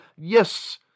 yes